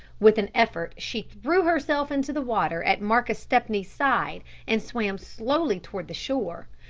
with an effort she threw herself into the water at marcus stepney's side and swam slowly toward the shore.